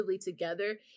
together